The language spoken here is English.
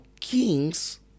kings